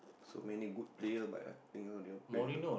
so many good player but I think so they all play also